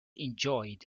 enjoyed